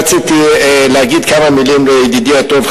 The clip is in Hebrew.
רציתי להגיד כמה מלים לידידי הטוב,